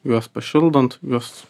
juos pašildant juos